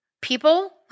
People